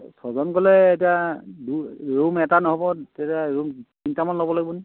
ছজন গ'লে এতিয়া দুই ৰুম এটা নহ'ব তেতিয়া ৰুম তিনিটামান ল'ব লাগিব নেকি